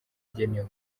igenewe